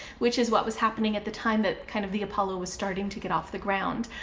which is what was happening at the time that kind of the apollo was starting to get off the ground.